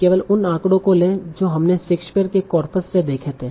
केवल उन आंकड़ों को लें जो हमने शेक्सपियर के कॉर्पस से देखे थे